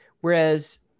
Whereas